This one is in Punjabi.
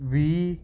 ਵੀਹ